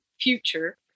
future